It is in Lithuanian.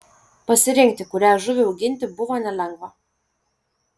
pasirinkti kurią žuvį auginti buvo nelengva